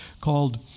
called